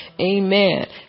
Amen